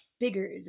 bigger